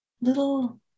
little